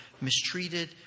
mistreated